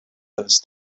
those